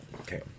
Okay